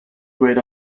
great